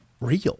real